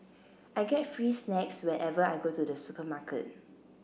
I get free snacks whenever I go to the supermarket